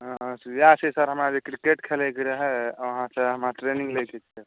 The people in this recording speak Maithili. इएह छै सर हमरा क्रिकेट खेलयक रहय अहाँसँ हमरा ट्रेनिंग लै के रहय